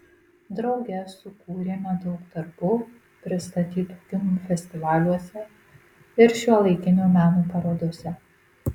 drauge sukūrėme daug darbų pristatytų kino festivaliuose ir šiuolaikinio meno parodose